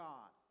God